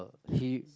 kids